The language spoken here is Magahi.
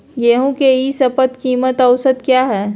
गेंहू के ई शपथ कीमत औसत क्या है?